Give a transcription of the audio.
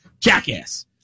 Jackass